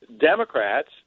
Democrats